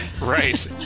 Right